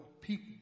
people